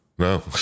No